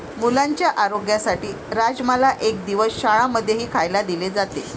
मुलांच्या आरोग्यासाठी राजमाला एक दिवस शाळां मध्येही खायला दिले जाते